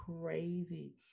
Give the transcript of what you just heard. crazy